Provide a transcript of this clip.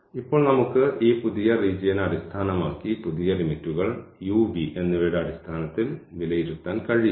അതിനാൽ ഇപ്പോൾ നമുക്ക് ഈ പുതിയ റീജിയന് അടിസ്ഥാനമാക്കി പുതിയ ലിമിറ്റുകൾ u v എന്നിവയുടെ അടിസ്ഥാനത്തിൽ വിലയിരുത്താൻ കഴിയും